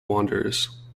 wanderers